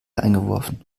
eingeworfen